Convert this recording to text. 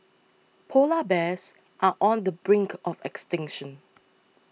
Polar Bears are on the brink of extinction